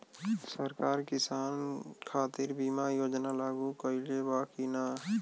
सरकार किसान खातिर बीमा योजना लागू कईले बा की ना?